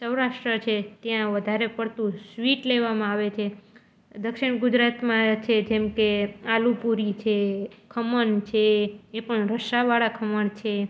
સૌરાષ્ટ્ર છે ત્યાં વધારે પડતું સ્વીટ લેવામાં આવે છે દક્ષિણ ગુજરાતમાં છે જેમ કે આલુપૂરી છે ખમણ છે એ પણ રસાવાળા ખમણ છે